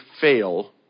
fail